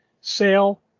sale